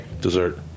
Dessert